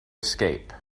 escape